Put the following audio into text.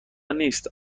نیست